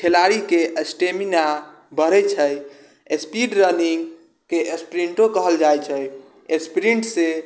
खेलाड़ीके स्टेमिना बढ़ै छै स्पीड रनिंगके स्प्रिन्टो कहल जाइ छै स्प्रिन्टसँ